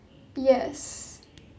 yes